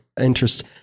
interest